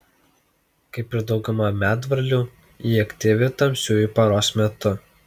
kaip ir dauguma medvarlių ji aktyvi tamsiuoju paros metu